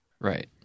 Right